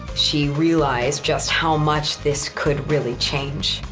she realized just how much this could really change,